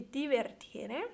divertire